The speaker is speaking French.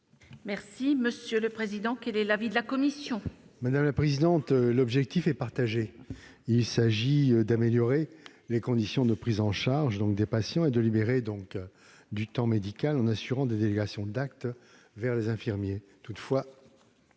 professionnels de santé. Quel est l'avis de la commission ? L'objectif est partagé : il s'agit d'améliorer les conditions de prise en charge des patients et de libérer du temps médical en assurant des délégations d'actes vers les infirmiers.